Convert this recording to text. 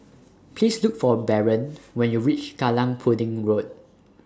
Please Look For Barron when YOU REACH Kallang Pudding Road